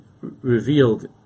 revealed